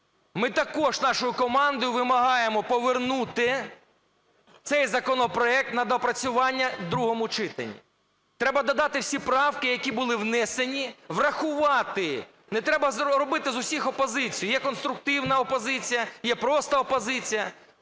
Ми також нашою командою вимагаємо повернути цей законопроект на доопрацювання в другому читанні. Треба додати всі правки, які були внесені, врахувати. Не треба робити з усіх опозицію: є конструктивна опозиція, є просто опозиція.